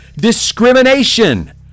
discrimination